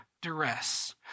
duress